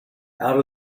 out